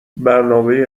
برنامهی